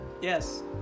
Yes